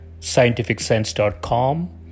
scientificsense.com